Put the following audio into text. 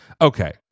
okay